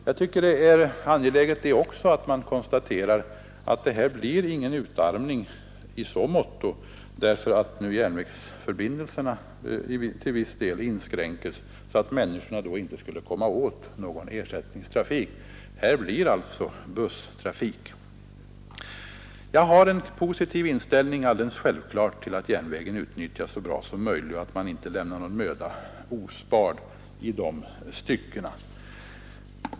Jag tycker att det är angeläget konstatera att det förhållandet att järnvägsförbindelserna till viss del inskränks inte innebär någon utformning på det sättet att människorna inte skulle få tillgång till ersättningstrafik. Här blir det alltså busstrafik. Jag har naturligtvis en positiv inställning till att järnvägen skall utnyttjas så bra som möjligt och att man i det sammanhanget inte lämnar någon möda ospard.